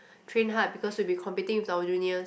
train hard because we will be competing with our juniors